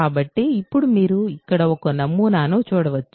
కాబట్టి ఇప్పుడు మీరు ఇక్కడ ఒక నమూనాను చూడవచ్చు